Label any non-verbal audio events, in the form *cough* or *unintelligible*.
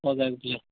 *unintelligible*